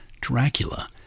Dracula